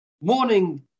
morning